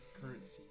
Currency